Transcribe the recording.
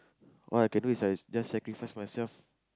all I can is I just sacrifice myself